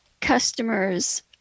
customers